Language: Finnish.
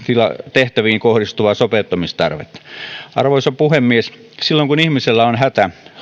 tehtäviin kohdistuvaa sopeuttamistarvetta arvoisa puhemies silloin kun ihmisellä on hätä